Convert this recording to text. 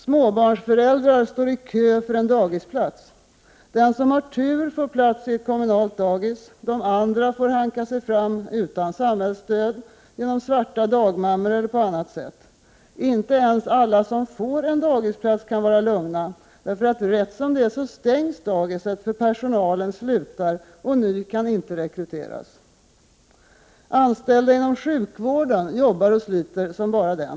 Småbarnsföräldrar står i kö för en dagisplats. Den som har tur får plats i kommunalt dagis, de andra får hanka sig fram utan samhällsstöd, med ”svarta” dagmammor eller på annat sätt. Inte ens alla som får en dagisplats kan vara lugna; rätt som det är stängs dagiset, för personalen slutar och ny kan inte rekryteras. Anställda inom sjukvården jobbar och sliter som bara den.